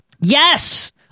Yes